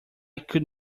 could